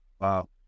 Wow